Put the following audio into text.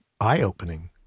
eye-opening